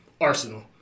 arsenal